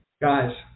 Guys